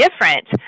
different